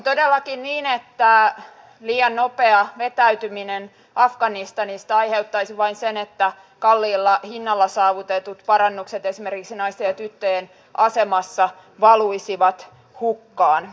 on todellakin niin että liian nopea vetäytyminen afganistanista aiheuttaisi vain sen että kalliilla hinnalla saavutetut parannukset esimerkiksi naisten ja tyttöjen asemassa valuisivat hukkaan